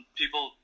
people